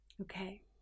Okay